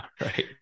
right